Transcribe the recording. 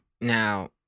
Now